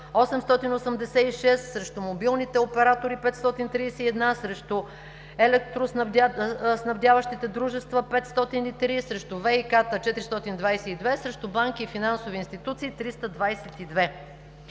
886, срещу мобилните оператори – 531, срещу електроснабдяващите дружества – 503, срещу ВиК-тата – 422, срещу банки и финансови институции – 322.